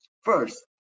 First